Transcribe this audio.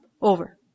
over